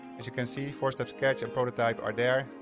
as you can see, four-step sketch and prototype are there.